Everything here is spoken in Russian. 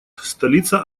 столица